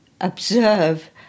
Observe